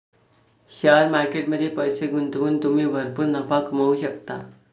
share market मध्ये पैसे गुंतवून तुम्ही भरपूर नफा कमवू शकता